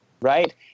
Right